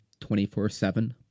24-7